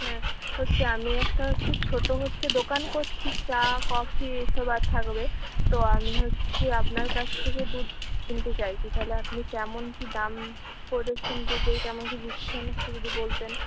হ্যাঁ তো হচ্ছে আমি একটা হচ্ছে ছোট হচ্ছে দোকান করছি চা কফি এসব থাকবে তো আমি হচ্ছে আপনার কাছ থেকে দুধ কিনতে চাইছি তাহলে আপনি কেমন কী দাম করেছেন দুধের কেমন কী দিচ্ছেন একটু যদি বলতেন